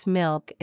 milk